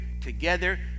together